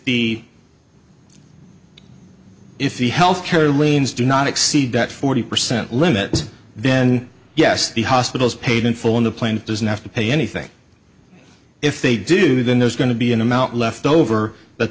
the if the health care liens do not exceed that forty percent limit then yes the hospital is paid in full on the plan doesn't have to pay anything if they do then there's going to be an amount left over but